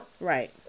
right